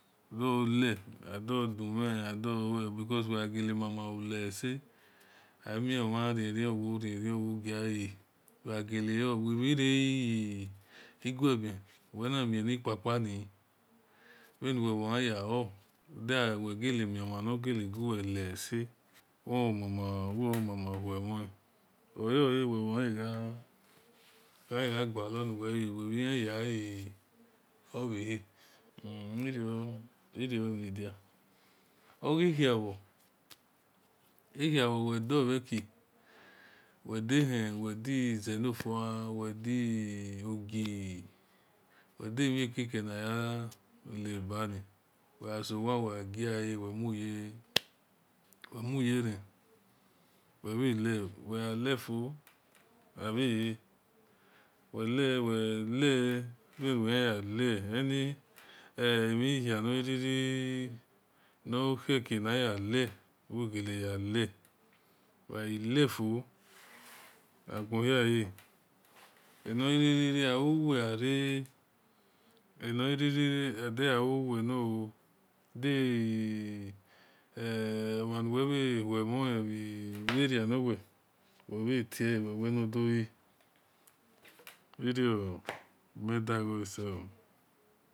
Dor-le ador dumhe because we mama wo le-ese-amie omhan ghu rierie wil bhi yi gueben wel na mie ni-kpa-pani bhenu wel yaya loo de wel bha gele miomhan nor gu-wel he-esei olole wel bha yan-e hahe bui bhi ijan ye gha gualon bhe-hei irio oni dia oghi khia-bhor wel dor bhe ki wel de tien we di-zelefua-wel di-ogi wel di-emhen-keke naya lebani wel gha-so wa wi giahe wel muyeran wel bhe le-wie gha-le-fo wel bhe te inel ghai lefo aghon-hia le enor riri gha khi bhe ria nor wel nor-ooo inel bhe tiele wel wel nor do-te irio mel da ghole sel-ooo.